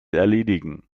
erledigen